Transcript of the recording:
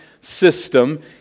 system